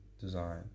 Design